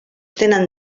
tenen